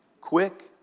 quick